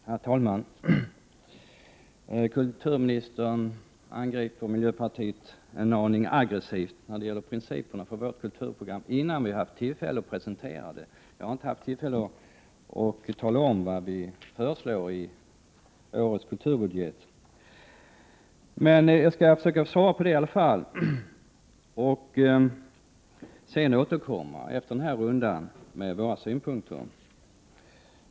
Herr talman! Kulturministern angriper miljöpartiet en aning aggressivt när det gäller principerna för vårt kulturprogram, innan vi haft tillfälle att presentera det. Jag har inte haft tillfälle att tala om vad vi föreslår i årets kulturbudget. Men jag skall försöka svara i alla fall och sedan återkomma efter den här rundan med våra synpunkter.